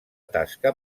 tasca